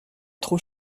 trop